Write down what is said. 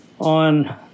on